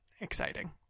exciting